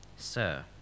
Sir